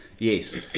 Yes